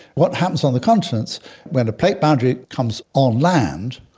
what happens on the continents when a plate boundary comes on land,